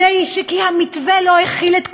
כי המתווה לא הכיל את כולם?